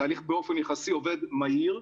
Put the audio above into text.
התהליך באופן יחסי עובד מהיר.